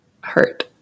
hurt